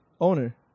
owner